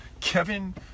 Kevin